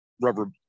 rubber